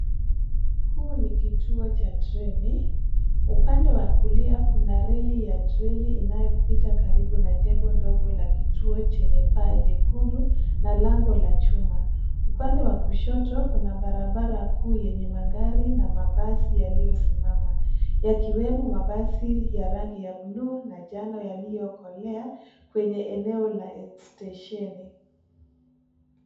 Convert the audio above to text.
Huu ni kituo cha treni. Upande wa kulia kuna reli ya treni inayopita karibu na jengo dogo la kituo chenye paa jekundu na lango la chuma. Upande wa kushoto kuna barabara kuu yenye magari na mabasi yaliyosimama, yakiwemo mabasi ya rangi ya bluu na njano yaliyokolea kwenye eneo la stesheni.